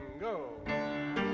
go